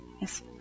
Yes